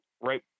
right